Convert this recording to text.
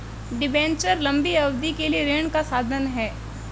debenture लंबी अवधि के लिए ऋण का साधन है